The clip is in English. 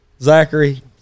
Zachary